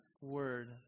word